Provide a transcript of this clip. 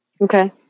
Okay